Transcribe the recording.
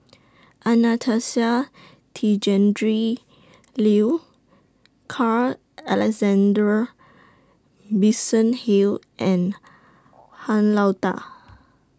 Anastasia Tjendri Liew Carl Alexander Hill and Han Lao DA